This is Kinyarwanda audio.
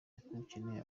ukeneye